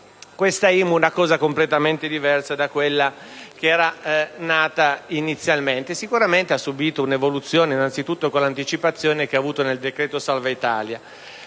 questa IMU è completamente diversa da quella nata inizialmente. Sicuramente ha subito un'evoluzione, innanzitutto con l'anticipazione che ha avuto con il decreto salva Italia.